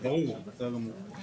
תודה רבה אדוני יושב הראש.